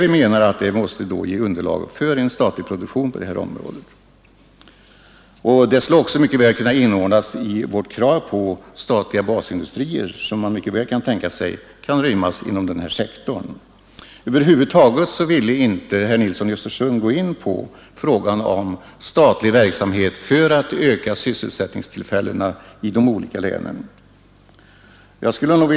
Vi menar att det här måste finnas underlag för en statlig produktion på detta område. Denna skulle stå i samklang med vårt krav på statliga basindustrier som också kan rymmas inom denna sektor. Herr Nilsson i Östersund ville över huvud taget inte gå in på frågan om statlig verksamhet för att öka sysselsättningstillfällena.